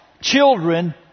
children